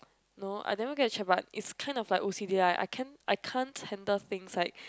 no I never get checked but it's kind of like o_c_d lah like I can't handle things like